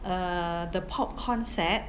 err the popcorn set